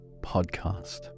Podcast